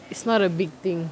it's not a big thing